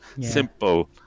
simple